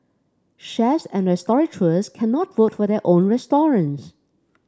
chefs and restaurateurs cannot vote for their own restaurants